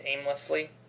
aimlessly